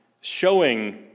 showing